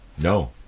No